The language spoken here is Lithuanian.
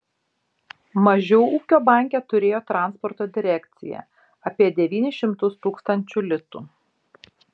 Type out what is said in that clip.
mažiau ūkio banke turėjo transporto direkcija apie devynis šimtus tūkstančių litų